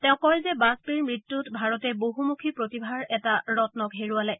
তেওঁ কয় যে বাজপেয়ীৰ মৃত্যুত ভাৰতে বহুমুখী প্ৰতিভাৰ এটা ৰন্নক হেৰুৱালে